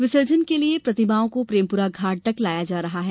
विसर्जन के लिए प्रतिमाओं को प्रेमपुरा घाट तक लाया जायेगा